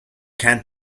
can’t